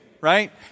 right